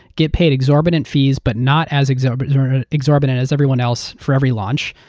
get paid exorbitant fees but not as exorbitant exorbitant as everyone else for every launch.